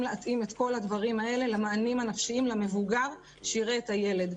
להתאים את כל הדברים האלה למענים הנפשיים למבוגר שיראה את הילד.